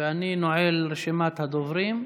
ואני נועל את רשימת הדוברים.